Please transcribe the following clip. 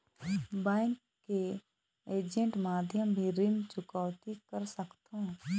Bank के agent माध्यम भी ऋण चुकौती कर सकथों?